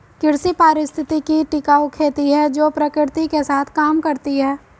कृषि पारिस्थितिकी टिकाऊ खेती है जो प्रकृति के साथ काम करती है